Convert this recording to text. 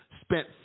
spent